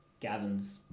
Gavin's